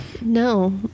no